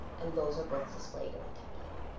and those are both displayed in my template.